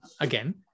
again